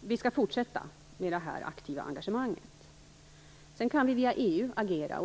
Vi skall fortsätta med det aktiva engagemanget. Sedan kan vi agera via EU.